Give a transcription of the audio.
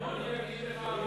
אני אגיד לך מה,